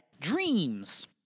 dreams